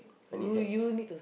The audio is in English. I need hacks